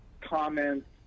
comments